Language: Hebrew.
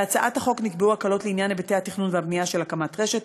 בהצעת החוק נקבעו הקלות לעניין היבטי התכנון והבנייה של הקמת רשת,